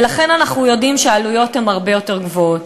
ולכן אנחנו יודעים שהעלויות הן הרבה יותר גבוהות.